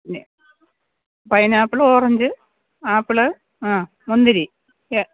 പിന്നെ pineapple orange apple ആ മുന്തിരി എ